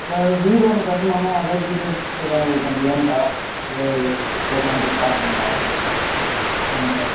அக்கா வீடு ஒன்று கட்டணும் அதான் டீடைல்ஸ்லாம் கொஞ்சம் வேணும்க்கா அது கேட்கலான்ட்டு இப்போ கால் பண்ணிணேக்கா ஆமாக்கா